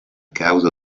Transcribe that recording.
causa